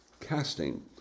casting